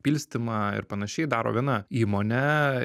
pilstymą ir panašiai daro viena įmonė